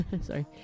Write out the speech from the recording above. Sorry